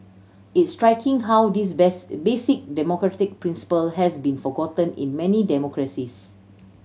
it's striking how this basic democratic principle has been forgotten in many democracies